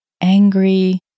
angry